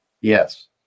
Yes